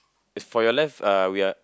for your left uh we are